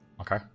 Okay